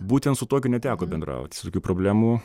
būtent su tokiu neteko bendraut su tokių problemų